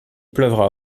pleuvra